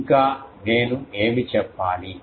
ఇంకా నేను ఏమి చెప్పాలి